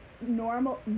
normal